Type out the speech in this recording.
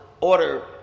order